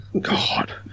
God